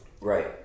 Right